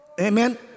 Amen